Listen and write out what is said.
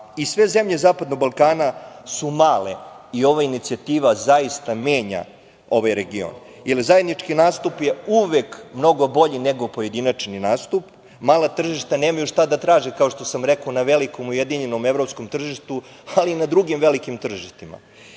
i sve zemlje zapadnog Balkana su male i ova inicijativa zaista menja ovaj region. Zajednički nastup je uvek mnogo bolji nego pojedinačni nastup. Mala tržišta nemaju šta da traže kao što sam rekao, na velikom ujedinjenom evropskom tržištu, ali i na drugim velikim tržištima.